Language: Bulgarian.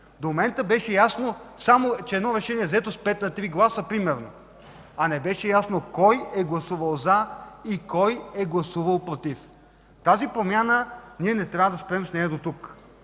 До момента беше ясно само, че едно решение е взето с пет на три гласа примерно, а не беше ясно кой е гласувал „за” и кой е гласувал „против”. Ние не трябва да спрем с тази